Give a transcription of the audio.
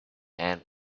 and